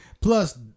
Plus